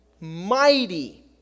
mighty